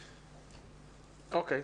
אוקיי.